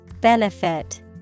Benefit